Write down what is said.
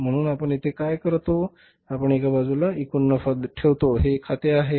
म्हणून आपण येथे काय करतो आपण एका बाजूला एकूण नफा ठेवतो हे खाते आहे